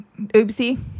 oopsie